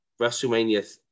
WrestleMania